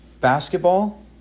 basketball